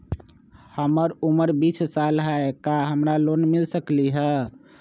हमर उमर बीस साल हाय का हमरा लोन मिल सकली ह?